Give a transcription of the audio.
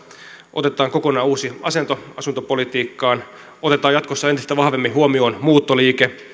otetaan kokonaan uusi asento asuntopolitiikkaan otetaan jatkossa entistä vahvemmin huomioon muuttoliike